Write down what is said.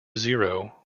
zero